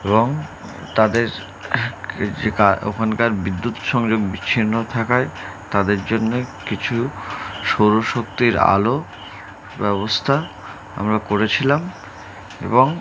এবং তাদের যে ওখানকার বিদ্যুৎ সংযোগ বিচ্ছিন্ন থাকায় তাদের জন্যে কিছু সৌরশক্তির আলো ব্যবস্থা আমরা করেছিলাম এবং